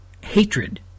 hatred